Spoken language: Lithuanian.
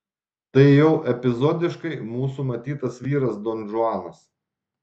tai jau epizodiškai mūsų matytas vyras donžuanas